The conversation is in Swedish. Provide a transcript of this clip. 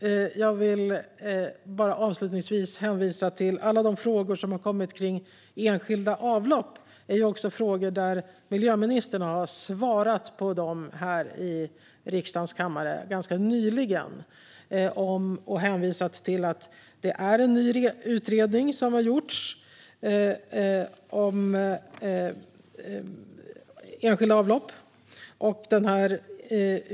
Jag vill avslutningsvis hänvisa till alla de frågor som har kommit om enskilda avlopp. Det är frågor som miljöministern har svarat på ganska nyligen i riksdagens kammare. Hon har hänvisat till att det är en ny utredning som gjorts om enskilda avlopp.